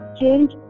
change